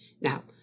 Now